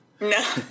No